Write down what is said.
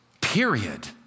Period